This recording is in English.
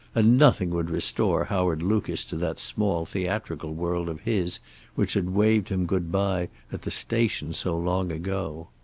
and nothing would restore howard lucas to that small theatrical world of his which had waved him good-bye at the station so long ago.